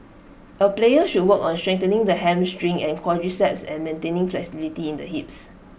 A player should work on strengthening the hamstring and quadriceps and maintaining flexibility in the hips